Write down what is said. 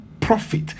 profit